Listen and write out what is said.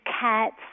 Cats